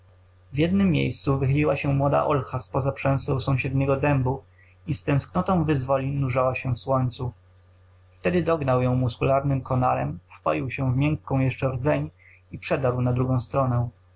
w jednem miejscu wychyliła się młoda olcha z poza prząseł sąsiedniego dębu i z tęsknotą wyzwolin nurzała się w słońcu wtedy dognał ją muskularnym konarem wpoił się w miękką jeszcze rdzeń i przedarł na drugą stronę